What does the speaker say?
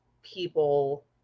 People